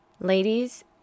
Ladies